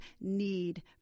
need